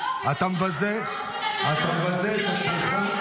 אתה מבזה את עצמך.